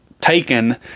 taken